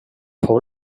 fou